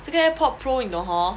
这个 airpods pro 你懂 hor